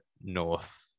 North